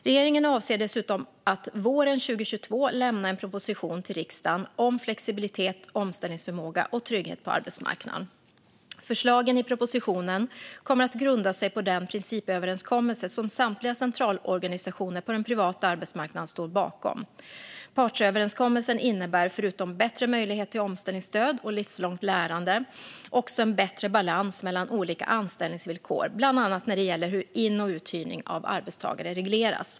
Regeringen avser dessutom att våren 2022 lämna en proposition till riksdagen om flexibilitet, omställningsförmåga och trygghet på arbetsmarknaden. Förslagen i propositionen kommer att grunda sig på den principöverenskommelse som samtliga centralorganisationer på den privata arbetsmarknaden står bakom. Partsöverenskommelsen innebär förutom bättre möjligheter till omställningsstöd och livslångt lärande också en bättre balans mellan olika anställningsvillkor, bland annat när det gäller hur in och uthyrning av arbetstagare regleras.